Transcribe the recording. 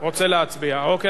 רוצה להצביע, אוקיי.